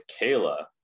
Kayla